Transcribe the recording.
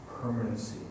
permanency